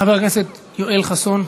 חבר הכנסת יואל חסון.